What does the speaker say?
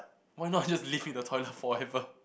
why not just live in the toilet forever